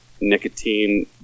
nicotine